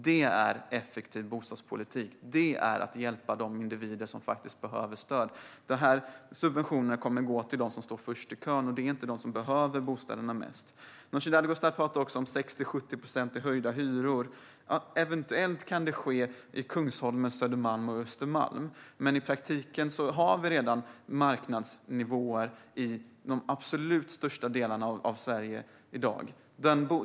Det är effektiv bostadspolitik, och det är att hjälpa de individer som faktiskt behöver stöd. Era subventioner kommer att gå till dem som står först i kön, och det är inte de som behöver bostäderna mest. Nooshi Dadgostar talar också om hyror som höjs med 60-70 procent. Eventuellt kan det ske på Kungsholmen, Södermalm och Östermalm, men i praktiken har vi redan marknadsnivåer i de absolut största delarna av Sverige i dag.